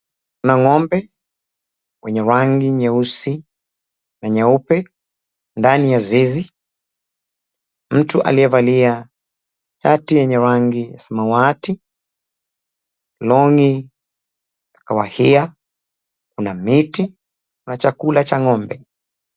Kuna ng'ombe wenye rangi nyeusi na nyeupe ndani ya zizi. Mtu aliyevalia koti lenye rangi samawati, longi ya kahawia. Kuna miti. Kuna chakula cha ng'ombe